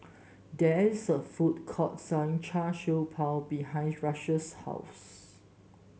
there is a food court selling Char Siew Bao behind Rush's house